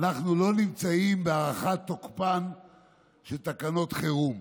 אנחנו לא נמצאים בהארכת תוקפן של תקנות חירום.